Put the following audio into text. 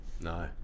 No